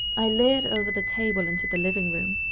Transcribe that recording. i leered over the table, into the living room.